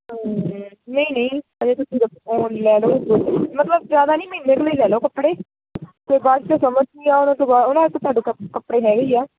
ਹੂੰ ਨਹੀਂ ਨਹੀਂ ਹਜੇ ਤੁਸੀਂ ਰ ਉਹ ਲੈ ਲਓ ਮਤਲਬ ਜ਼ਿਆਦਾ ਨਹੀਂ ਮਹੀਨੇ ਕੁ ਲਈ ਲੈ ਲਓ ਕੱਪੜੇ ਫਿਰ ਬਾਅਦ 'ਚ ਸਮਰਸ ਵੀ ਆਉਣ ਉਨ੍ਹਾਂ 'ਚ ਤੁਹਾਡੇ ਕੱਪੜੇ ਹੈ ਹੀ ਆ